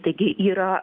taigi yra